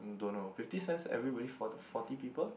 don't know fifty cents everybody forty forty people